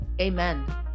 Amen